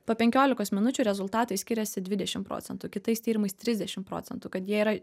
po penkiolikos minučių rezultatai skiriasi dvidešimt procentų kitais tyrimais trisdešimt procentų kad jie yra